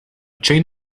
chain